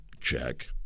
check